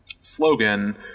slogan